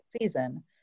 season